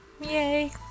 Yay